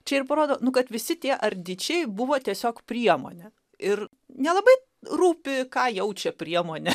čia ir parodo nu kad visi tie ardičiai buvo tiesiog priemonė ir nelabai rūpi ką jaučia priemonė